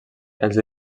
els